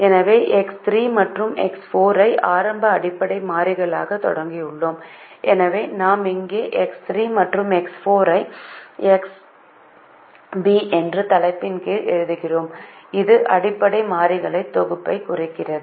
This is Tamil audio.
எனவே எக்ஸ் 3 மற்றும் எக்ஸ் 4 ஐ ஆரம்ப அடிப்படை மாறிகளாகத் தொடங்குகிறோம் எனவே நான் இங்கே எக்ஸ் 3 மற்றும் எக்ஸ் 4 ஐ எக்ஸ்பி என்ற தலைப்பின் கீழ் எழுதுகிறேன் இது அடிப்படை மாறிகளின் தொகுப்பைக் குறிக்கிறது